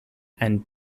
and